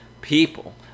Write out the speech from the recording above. people